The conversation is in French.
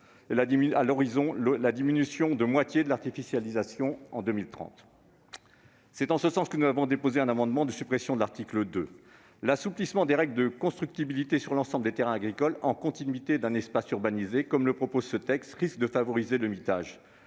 l'objectif de diminution de moitié de l'artificialisation des sols à l'horizon de 2030. C'est en ce sens que nous avons déposé un amendement de suppression de l'article 2. L'assouplissement des règles de constructibilité sur l'ensemble des terrains agricoles en continuité d'un espace urbanisé, comme le prévoit ce texte, risque de favoriser le mitage,